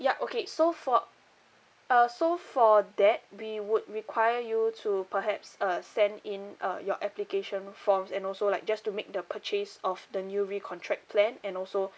ya okay so for uh so for that we would require you to perhaps uh send in uh your application forms and also like just to make the purchase of the new recontract plan and also